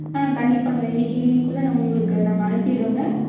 ஆ கண்டிப்பாங்க இன்னைக்கு ஈவ்னிங்க்குள்ளே நாங்கள் உங்களுக்கு நாங்கள் அனுப்பிடுறோங்க